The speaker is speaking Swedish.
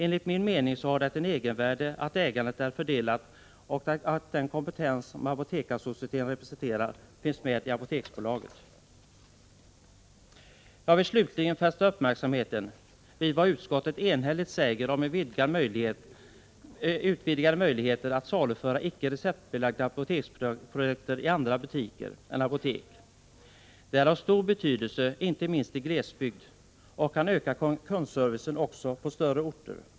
Enligt min mening har det ett egenvärde att ägandet är fördelat och att den kompetens som Apotekarsocieteten representerar finns med i Apoteksbolaget. Jag vill slutligen fästa uppmärksamheten vid vad utskottet enhälligt säger om vidgade möjligheter att saluföra icke receptbelagda apoteksprodukter i andra butiker än apotek. Att sådana möjligheter skapas är av stor betydelse, inte minst i glesbygd, och kan öka kundservicen också på större orter.